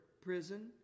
prison